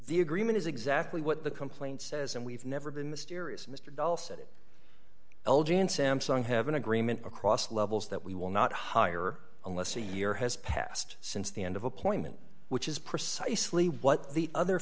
the agreement is exactly what the complaint says and we've never been mysterious mr dulcet l g and samsung have an agreement across levels that we will not hire a less a year has passed since the end of appointment which is precisely what the other